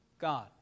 God